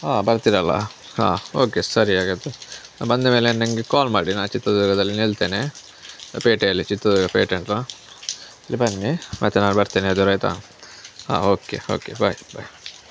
ಹಾಂ ಬರ್ತೀರಲ್ಲ ಹಾಂ ಓಕೆ ಸರಿ ಹಾಗಾದರೆ ಬಂದ ಮೇಲೆ ನನಗೆ ಕಾಲ್ ಮಾಡಿ ನಾನು ಚಿತ್ರದುರ್ಗದಲ್ಲಿ ನಿಲ್ಲುತ್ತೇನೆ ಪೇಟೆಯಲ್ಲಿ ಚಿತ್ರದುರ್ಗ ಪೇಟೆ ಉಂಟಲ್ಲ ನೀವು ಬನ್ನಿ ಮತ್ತು ನಾನು ಬರ್ತೇನೆ ಎದುರು ಆಯಿತಾ ಹಾಂ ಓಕೆ ಓಕೆ ಬಾಯ್ ಬಾಯ್